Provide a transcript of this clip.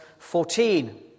14